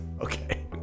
Okay